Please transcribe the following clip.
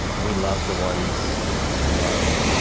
we love the ones we love.